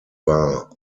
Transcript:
war